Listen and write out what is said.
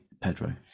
Pedro